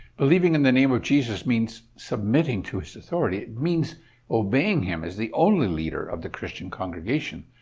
believing in the name of jesus means submitting to his authority. it means obeying him as the only leader of the christian congregation.